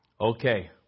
Okay